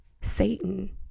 satan